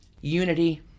Unity